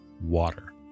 water